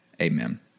Amen